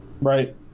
Right